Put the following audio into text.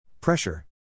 Pressure